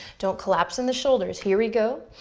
don't collapse in the shoulders, here we go.